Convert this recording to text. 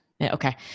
okay